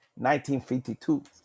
1952